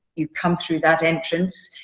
you come through that entrance.